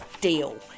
deal